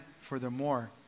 furthermore